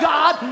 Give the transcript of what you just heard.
God